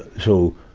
so,